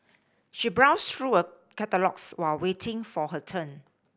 she browsed through a catalogues while waiting for her turn